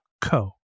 co